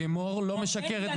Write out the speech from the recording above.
נדב לימור לא משקרת,